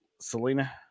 Selena